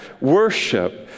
worship